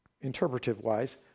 interpretive-wise